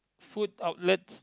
food outlets